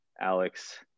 Alex